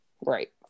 Right